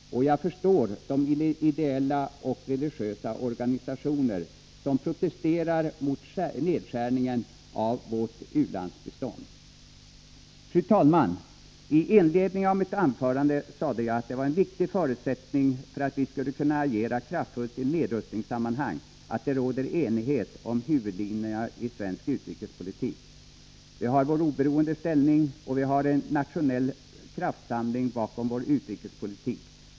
Jag förstår de ideella och religiösa organisationer som protesterar mot nedskärningen av vårt u-landsbistånd. Fru talman! I inledningen av mitt anförande sade jag att en viktig förutsättning för att vi skall kunna agera kraftfullt i nedrustningssammanhang är att det råder enighet om huvudlinjerna i svensk utrikespolitik. Vi har vår oberoende ställning, och vi har en nationell kraftsamling bakom vår utrikespolitik.